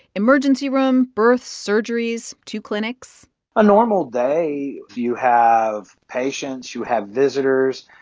emergency room, births, surgeries, two clinics a normal day you have patients. you have visitors.